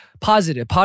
positive